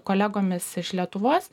kolegomis iš lietuvos